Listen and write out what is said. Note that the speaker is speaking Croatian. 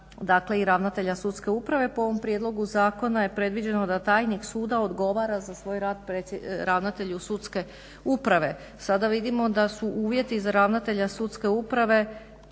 tajnika i ravnatelja Sudske uprave. Po ovom prijedlogu zakona je predviđeno da tajnik suda odgovora za svoj rad ravnatelju Sudske uprave. Sada vidimo da su uvjeti za ravnatelja Sudske uprave